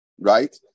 right